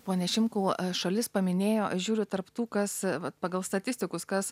pone šimkau šalis paminėjo žiūriu tarp tų kas va pagal statistikus kas